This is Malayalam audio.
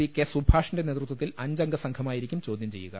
പി കെ സുഭാഷിന്റെ നേതൃത്വത്തിൽ അഞ്ചംഗ സംഘമായിരിക്കും ചോദ്യം ചെയ്യുക